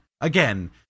again